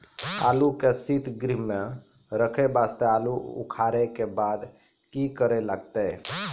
आलू के सीतगृह मे रखे वास्ते आलू उखारे के बाद की करे लगतै?